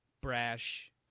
brash